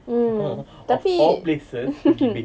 mm tetapi